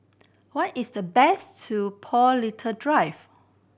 what is the base to Paul Little Drive